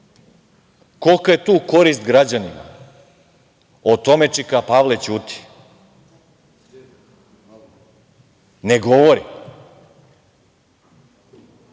Kolika je tu korist građanima? O tome čika Pavle ćuti, ne govori.